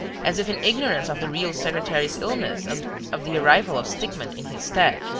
as if in ignorance of the real secretary's illness and of the arrival of stickmann in his stead.